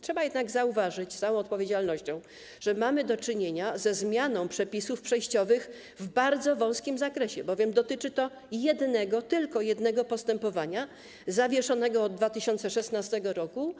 Trzeba jednak zauważyć z całą odpowiedzialnością, że mamy do czynienia ze zmianą przepisów przejściowych w bardzo wąskim zakresie, bowiem dotyczy to tylko jednego postępowania zawieszonego od 2016 r.